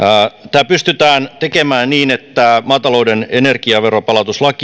tämä pystytään tekemään niin että maatalouden energiaveron palautuslain